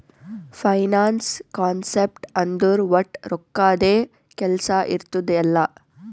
finance concept ಅಂದುರ್ ವಟ್ ರೊಕ್ಕದ್ದೇ ಕೆಲ್ಸಾ ಇರ್ತುದ್ ಎಲ್ಲಾ